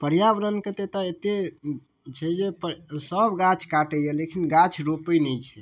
पर्यावरणके एतऽ अतेक छै जे सब गाछ काटै यऽ लेकिन गाछ रोपै नहि छै